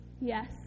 Yes